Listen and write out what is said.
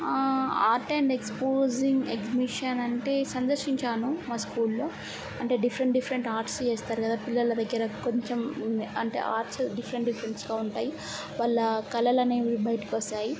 arts and exposing exhibition అంటే సందర్శించాను మా స్కూల్లో అంటే డిఫరెంట్ డిఫరెంట్ ఆర్ట్స్ చేస్తారు కదా పిల్లల దగ్గర కొంచెం అంటే ఆర్ట్స్ డిఫరెంట్ డిఫరెంట్స్గా ఉంటాయి వాళ్ళ కళలనేవి బయటకు వస్తాయి